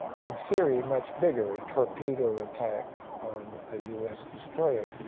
in theory, much bigger a torpedo attack on a us destroyer.